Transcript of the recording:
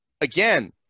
Again